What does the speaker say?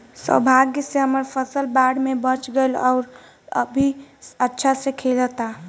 सौभाग्य से हमर फसल बाढ़ में बच गइल आउर अभी अच्छा से खिलता